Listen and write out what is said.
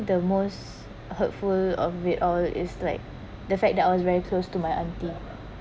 the most hurtful of it all is like the fact that I was very close to my auntie